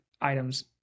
items